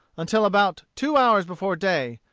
until about too hours before day,